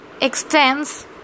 extends